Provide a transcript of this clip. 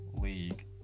League